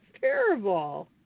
terrible